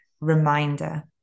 reminder